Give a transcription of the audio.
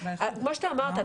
כמו שאתה אמרת,